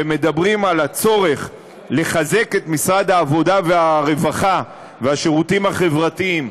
ומדברים על הצורך לחזק את משרד העבודה והרווחה והשירותים החברתיים,